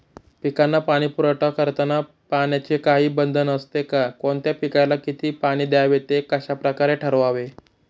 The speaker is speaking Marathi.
पिकांना पाणी पुरवठा करताना पाण्याचे काही बंधन असते का? कोणत्या पिकाला किती पाणी द्यावे ते कशाप्रकारे ठरवावे?